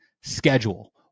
schedule